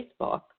Facebook